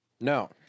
No